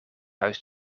huis